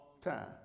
time